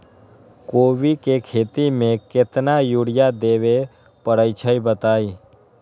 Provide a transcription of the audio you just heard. कोबी के खेती मे केतना यूरिया देबे परईछी बताई?